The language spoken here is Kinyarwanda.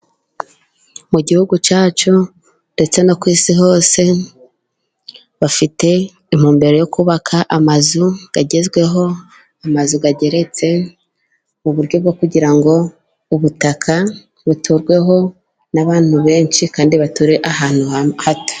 Mu gihugu cyacu, ndetse no ku isi hose, bafite intumbero yo kubaka amazu agezweho, amazu ageretse, mu buryo bwo kugira ngo ubutaka buturweho n'abantu benshi kandi bature ahantu hato.